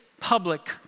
public